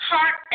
Heart